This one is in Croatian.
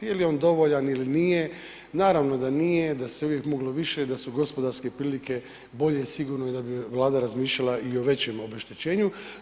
Je li on dovoljan ili nije, naravno da nije, da se uvijek moglo više, da su gospodarske prilike bolje, sigurno je da bi Vlada razmišljala i o većem obeštećenju.